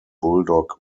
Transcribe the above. bulldog